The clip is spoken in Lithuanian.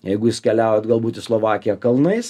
jeigu jūs keliaujat galbūt į slovakiją kalnais